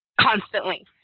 constantly